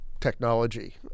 technology